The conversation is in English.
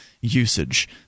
usage